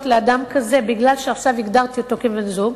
לאדם כזה משום שעכשיו הגדרתי אותו כבן-זוג,